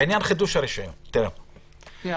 בעניין חידוש הרישיון -- רגע,